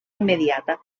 immediata